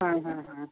হ্যাঁ হ্যাঁ হ্যাঁ